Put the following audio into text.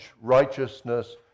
righteousness